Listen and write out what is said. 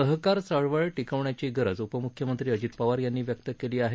सहकार चळवळ टिकवण्याची गरज उपमूख्यमंत्री अजित पवार यांनी व्यक्त केली आहे